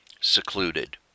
secluded